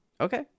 Okay